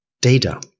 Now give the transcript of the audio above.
data